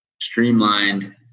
streamlined